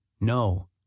No